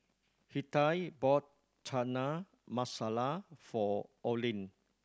Hettie bought Chana Masala for Olin